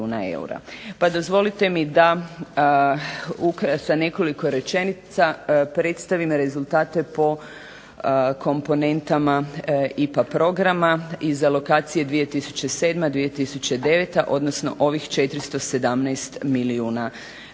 Pa dozvolite mi da sa nekoliko rečenica predstavim rezultate po komponentama IPA programa iz alokacije 2007.-2009., odnosno ovih 417 milijuna eura.